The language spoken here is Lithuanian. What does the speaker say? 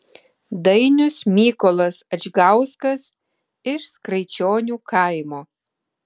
dainius mykolas adžgauskas iš skraičionių kaimo